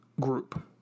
group